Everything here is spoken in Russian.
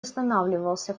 останавливался